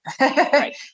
Right